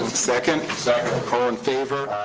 second? second. all in favor?